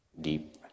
deep